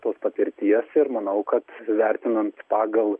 tos patirties ir manau kad vertinant pagal